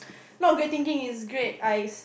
not great thinking is great ice